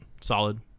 Solid